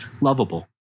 lovable